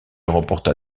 remporta